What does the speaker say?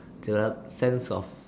develop sense of